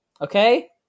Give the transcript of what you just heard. Okay